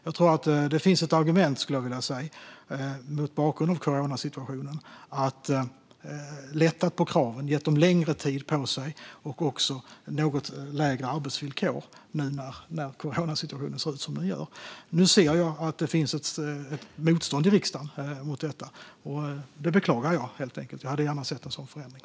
Mot bakgrund av coronasituationen tycker jag att det finns argument för att lätta på kraven och ge dem längre tid på sig och något lindrigare villkor gällande arbete. Nu ser jag att det finns ett motstånd i riksdagen mot detta. Det beklagar jag. Jag hade gärna sett en sådan förändring.